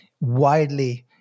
widely